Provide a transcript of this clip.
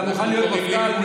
אתה מוכן להיות מפכ"ל,